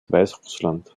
weißrussland